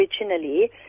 originally